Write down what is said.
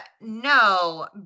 No